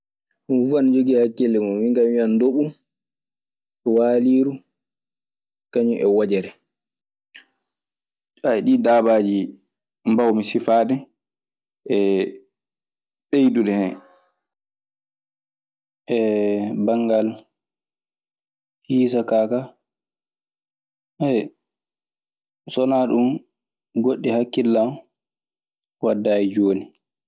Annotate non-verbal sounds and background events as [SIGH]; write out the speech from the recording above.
Homo fuu ana jogii hakkille mun, minkaa mi wiyan ndomɓu, waaliiru kañum e wojere. [HESITATION] ɗii daabaaji mbawmi sifaade eeh ɓeydude hen. Eee banngal hiisa kaa ka [HESITATION] so wanaa ɗun goɗɗi hakkillan waddaayi jooni.